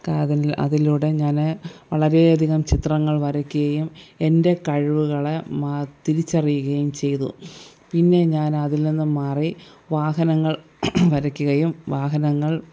അതിൽ അതിലൂടെ ഞാൻ വളരേ അധികം ചിത്രങ്ങൾ വരയ്ക്കുകയും എൻ്റെ കഴിവുകളെ തിരിച്ചറിയുകയും ചെയ്തു പിന്നെ ഞാൻ അതിൽനിന്ന് മാറി വാഹനങ്ങൾ വരയ്ക്കുകയും വാഹനങ്ങൾ